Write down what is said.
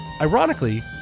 Ironically